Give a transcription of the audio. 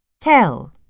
Tell